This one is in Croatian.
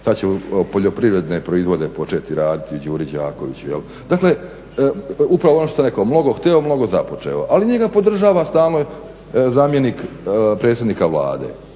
sad će poljoprivredne proizvode početi raditi u Đuri Đakoviću jel'. Dakle, upravo ono što sam rekao mnogo hteo, mnogo započeo. Ali njega podržava stalno zamjenik predsjednika Vlade,